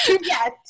Yes